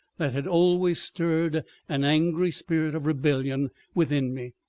that had always stirred an angry spirit of rebellion within me.